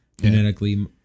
genetically